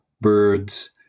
birds